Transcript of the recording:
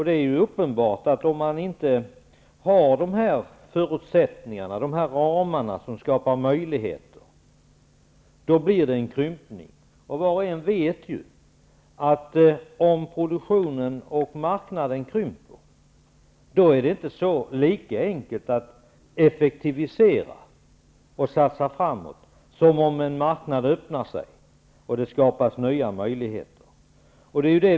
Det är uppenbart att om man inte har förutsättningarna och de ramar som skapar möjligheter, blir det en krympning. Var och en vet ju att om produktionen och marknaden krymper, är det inte lika enkelt att effektivisera och satsa framåt som när en marknad öppnar sig och det skapas nya möjligheter.